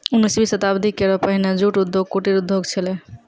उन्नीसवीं शताब्दी केरो पहिने जूट उद्योग कुटीर उद्योग छेलय